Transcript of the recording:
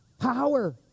Power